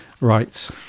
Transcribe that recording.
right